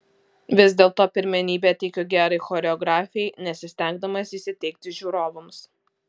vis dėlto pirmenybę teikiu gerai choreografijai nesistengdamas įsiteikti žiūrovams